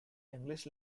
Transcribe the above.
english